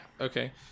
Okay